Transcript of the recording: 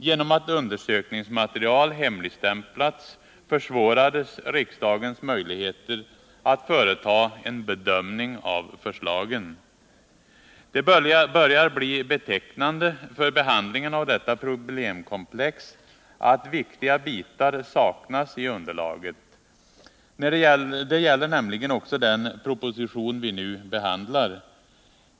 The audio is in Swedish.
Genom att undersökningsmaterial hemligstämplats försvårades riksdagens möjligheter att företa en bedömning av förslagen. Det börjar bli betecknande för behandlingen av detta problemkomplex att viktiga bitar saknas i underlaget. Det gäller nämligen också den proposition vi nu behandlar.